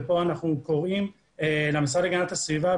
ופה אנחנו קוראים למשרד להגנת הסביבה,